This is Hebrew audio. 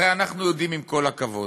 הרי אנחנו יודעים, עם כל הכבוד,